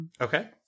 Okay